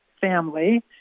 family